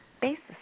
basis